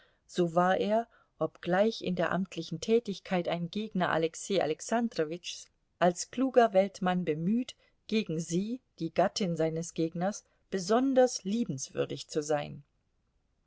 so war er obgleich in der amtlichen tätigkeit ein gegner alexei alexandrowitschs als kluger weltmann bemüht gegen sie die gattin seines gegners besonders liebenswürdig zu sein